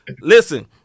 Listen